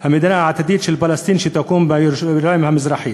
המדינה העתידית של פלסטין שתקום בירושלים המזרחית.